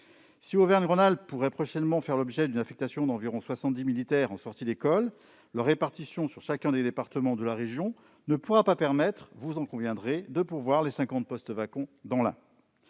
Auvergne-Rhône-Alpes pourrait prochainement bénéficier de l'affectation d'environ 70 militaires en sortie d'école, leur répartition dans chacun des départements de la région ne permettra pas- vous en conviendrez -de pourvoir les 50 postes vacants dans l'Ain.